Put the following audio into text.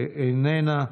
איננה.